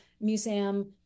museum